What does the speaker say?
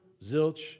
zilch